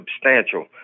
substantial